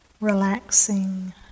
relaxing